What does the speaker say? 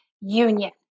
union